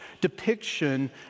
depiction